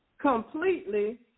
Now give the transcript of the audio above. completely